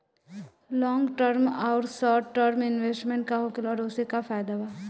Long term आउर short term investment का होखेला और ओसे का फायदा बा?